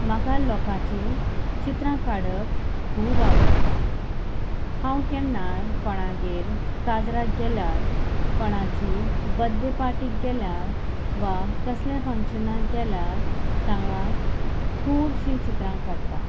म्हाका लोकांची चित्रां काडप खूब आवडटा हांव केन्ना कोणागेर काजराक गेल्यार कोणाची बर्थडे पार्टीक गेल्यार वा कसल्या फंक्शनाक गेल्यार थांगा खुबशीं चित्रां काडटा